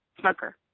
smoker